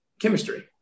chemistry